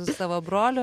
su savo broliu